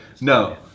no